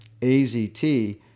AZT